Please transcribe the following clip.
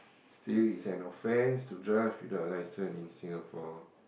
still it's an offence to drive without a license in Singapore